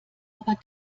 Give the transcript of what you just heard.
aber